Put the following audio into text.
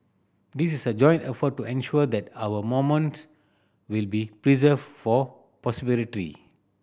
this is a joint effort to ensure that our monuments will be preserved for